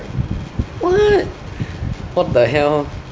what what the hell